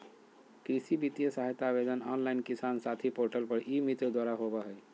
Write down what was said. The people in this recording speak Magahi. कृषि वित्तीय सहायता आवेदन ऑनलाइन किसान साथी पोर्टल पर ई मित्र द्वारा होबा हइ